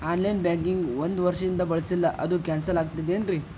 On line banking ಒಂದ್ ವರ್ಷದಿಂದ ಬಳಸಿಲ್ಲ ಅದು ಕ್ಯಾನ್ಸಲ್ ಆಗಿರ್ತದೇನ್ರಿ?